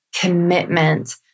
commitment